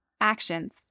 Actions